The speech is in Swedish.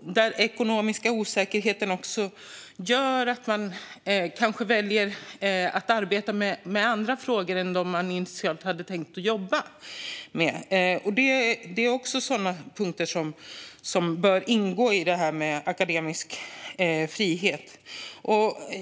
Den ekonomiska osäkerheten gör att man väljer att arbeta med andra frågor än dem man initialt hade tänkt att jobba med. Det är också punkter som bör ingå i frågan om akademisk frihet.